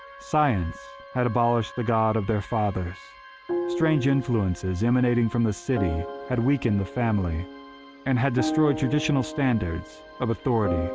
science had abolished the god of their fathers strange influences emanating from the city had weakened the family and had destroyed traditional standards of authority